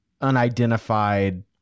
unidentified